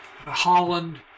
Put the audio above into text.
Holland